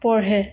পঢ়ে